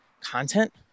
content